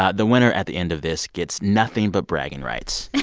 ah the winner at the end of this gets nothing but bragging rights yeah